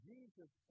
Jesus